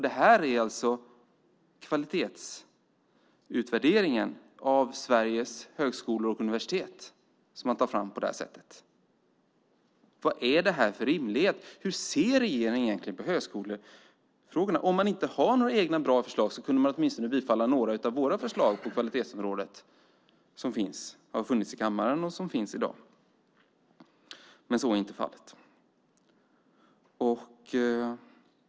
Det är alltså kvalitetsutvärderingen av Sveriges högskolor och universitet som man tar fram på det här sättet. Var är rimligheten i detta? Hur ser regeringen egentligen på högskolefrågorna? Om man inte har några egna bra förslag kunde man åtminstone bifalla några av våra förslag på kvalitetsområdet som har funnits i kammaren och som finns i dag. Men så är inte fallet.